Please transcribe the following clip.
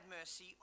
mercy